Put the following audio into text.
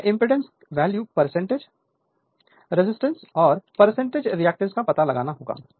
हमें impedance value as resistance और reactance reactance का पता लगाना होगा